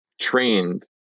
trained